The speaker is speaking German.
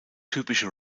typische